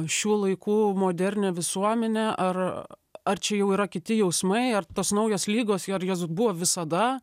šių laikų modernią visuomenę ar ar čia jau yra kiti jausmai ar tos naujos ligos ar jos buvo visada